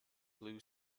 blue